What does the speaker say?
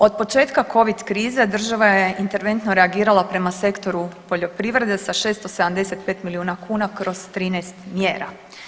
Od početka Covid krize država je interventno reagirala prema sektoru poljoprivrede sa 675 milijuna kuna kroz 13 mjera.